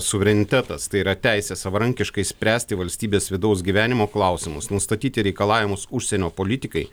suverenitetas tai yra teisė savarankiškai spręsti valstybės vidaus gyvenimo klausimus nustatyti reikalavimus užsienio politikai